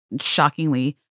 shockingly